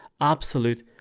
absolute